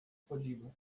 podziwu